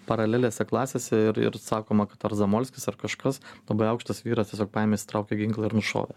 paralelėse klasėse ir ir sakoma kad ar zamolskis ar kažkas labai aukštas vyras tiesiog paėmė išsitraukė ginklą ir nušovė